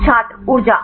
छात्र ऊर्जा